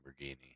Lamborghini